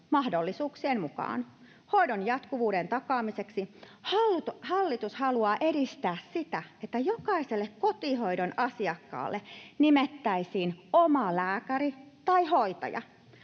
mahdollisuuksien mukaan. Hoidon jatkuvuuden takaamiseksi hallitus haluaa edistää sitä, että jokaiselle kotihoidon asiakkaalle nimettäisiin omalääkäri tai ‑hoitaja.